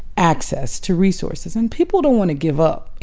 access to resources. and people don't want to give up,